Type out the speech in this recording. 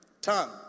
tongue